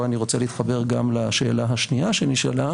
אני רוצה להתחבר גם לשאלה השנייה שנשאלה